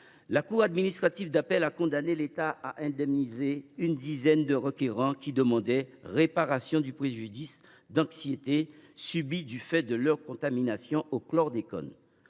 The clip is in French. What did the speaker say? la cour administrative d’appel a condamné l’État à indemniser une dizaine de requérants, qui demandaient réparation du préjudice d’anxiété subi du fait de leur contamination au chlordécone.